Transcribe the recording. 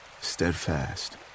steadfast